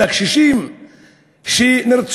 של הקשישים שנרצחו,